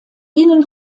ihnen